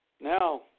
Now